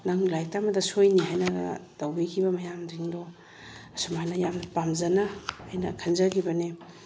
ꯅꯪ ꯂꯥꯏꯔꯤꯛ ꯇꯝꯕꯗ ꯁꯣꯏꯅꯤ ꯍꯥꯏꯅꯒ ꯇꯧꯕꯤꯈꯤꯕ ꯃꯌꯥꯝꯁꯤꯡꯗꯣ ꯑꯁꯨꯃꯥꯏꯅ ꯌꯥꯝ ꯄꯥꯝꯖꯅ ꯑꯩꯅ ꯈꯟꯖꯈꯤꯕꯅꯦ